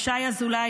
לשי אזולאי,